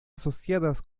asociadas